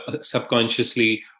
subconsciously